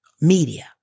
Media